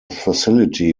facility